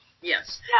Yes